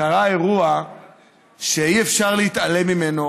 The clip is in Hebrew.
קרה אירוע שאי-אפשר להתעלם ממנו,